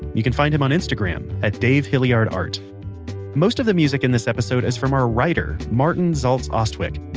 you can find him on instagram at dave hilliard art most of the music in this episode is from our writer, martin zaltz austwick,